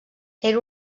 era